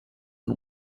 and